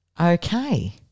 Okay